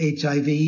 HIV